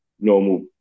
normal